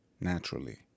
naturally